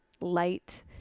light